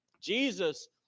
Jesus